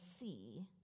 see